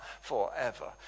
forever